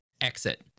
exit